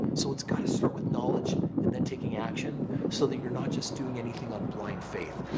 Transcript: so it's got to start with knowledge and then taking action so that you're not just doing anything on blind faith.